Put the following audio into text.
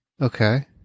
Okay